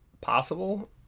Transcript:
possible